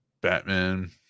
Batman